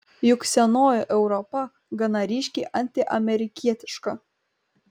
juk senoji europa gana ryškiai antiamerikietiška